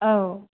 औ